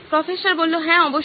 professor হ্যাঁ অবশ্যই